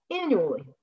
annually